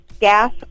gas